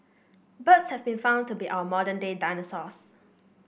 birds have been found to be our modern day dinosaurs